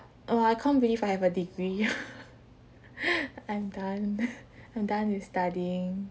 oh I can't believe I have a degree I'm done I'm done with studying